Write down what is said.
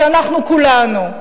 זה אנחנו כולנו.